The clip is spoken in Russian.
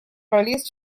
пролез